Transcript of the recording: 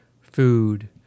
food